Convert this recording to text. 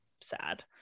sad